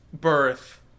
birth